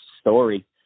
story